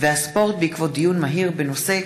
והספורט בעקבות דיון מהיר בנושא: